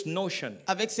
notion